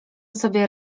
sobie